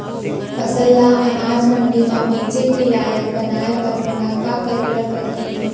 फसल ल अनाज मंडी म बेचे के लायक बनाय बर मोला का करे ल परही?